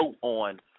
on